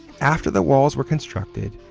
after the walls were constructed,